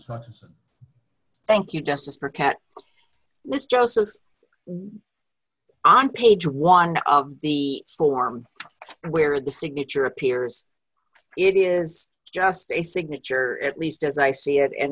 questions thank you justice for cat was joseph on page one of the form where the signature appears it is just a signature at least as i see it an